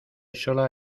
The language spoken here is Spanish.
sola